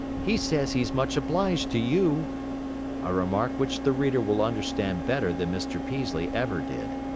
he says he's much obliged to you a remark which the reader will understand better than mr. peaslee ever did.